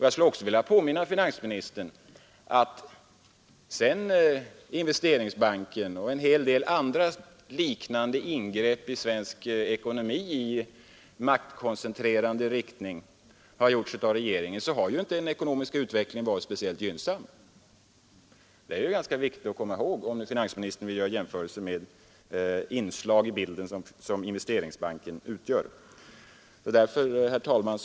Jag vill även påminna finansministern om att efter det att Investeringsbanken beslutats och en del andra liknande ingrepp i svensk ekonomi i maktkoncentrerande riktning gjorts av regeringen, så har den ekonomiska utvecklingen inte varit speciellt gynnsam. Detta är ju ganska viktigt att komma ihåg, om finansministern nu vill göra jämförelser med sådana inslag i bilden som Investeringsbanken utgör. Herr talman!